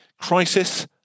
crisis